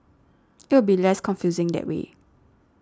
it will be less confusing that way